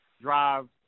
drive